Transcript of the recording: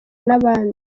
n’abandi